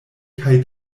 kaj